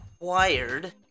acquired